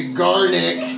garlic